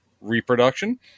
reproduction